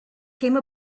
came